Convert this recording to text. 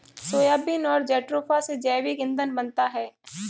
soybean और jatropha से जैविक ईंधन बनता है